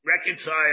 reconcile